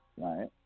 right